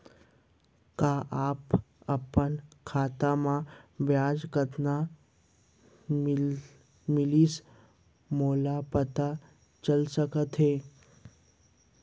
का अपन खाता म ब्याज कतना मिलिस मोला पता चल सकता है?